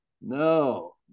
No